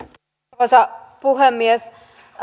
arvoisa puhemies